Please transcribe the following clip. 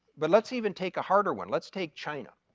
but let's even take a harder one, let's take china,